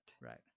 right